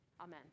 Amen